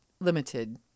limited